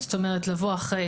זאת אומרת אחרי.